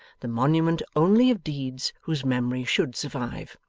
the monument only of deeds whose memory should survive.